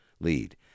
lead